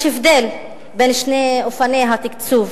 יש הבדל בין שני אופני התקצוב,